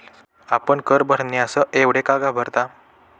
आपण कर भरण्यास एवढे का घाबरता?